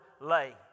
lay